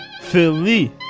Philly